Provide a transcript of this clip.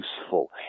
useful